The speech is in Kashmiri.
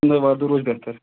ژٔندٕروارِ دۄہ روزِ بہتر